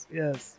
yes